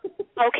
Okay